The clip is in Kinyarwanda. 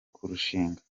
kurushinga